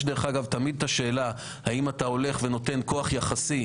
יש דרך אגב תמיד את השאלה: האם אתה נותן כוח יחסי,